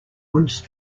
once